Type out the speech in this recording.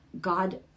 God